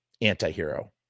anti-hero